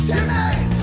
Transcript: Tonight